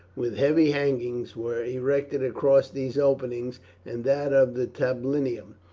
with heavy hangings, were erected across these openings and that of the tablinum,